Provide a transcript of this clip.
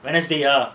wednesday ah